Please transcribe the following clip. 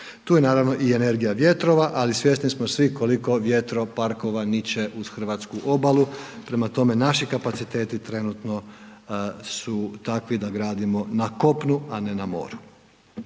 Tu je naravno i energija vjetrova, ali svjesni smo svi koliko vjetroparkova niče uz hrvatsku obalu, prema tome naši kapaciteti trenutno su takvi da gradimo na kopnu, a ne na moru.